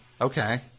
Okay